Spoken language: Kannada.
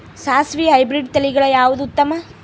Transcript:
ಸಾಸಿವಿ ಹೈಬ್ರಿಡ್ ತಳಿಗಳ ಯಾವದು ಉತ್ತಮ?